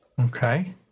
Okay